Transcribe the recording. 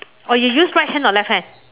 oh you use right hand or left hand